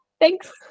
Thanks